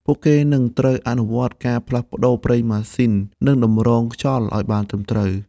ពួកគេនឹងត្រូវអនុវត្តការផ្លាស់ប្តូរប្រេងម៉ាស៊ីននិងតម្រងខ្យល់ឱ្យបានត្រឹមត្រូវ។